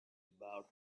about